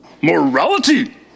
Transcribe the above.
morality